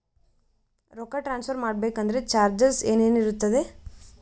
ರೊಕ್ಕ ಟ್ರಾನ್ಸ್ಫರ್ ಮಾಡಬೇಕೆಂದರೆ ಚಾರ್ಜಸ್ ಏನೇನಿರುತ್ತದೆ?